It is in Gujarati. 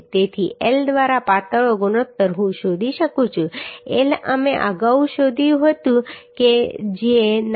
તેથી L દ્વારા પાતળો ગુણોત્તર હું શોધી શકું છું L અમે અગાઉ શોધ્યું હતું કે જે 9